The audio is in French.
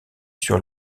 sur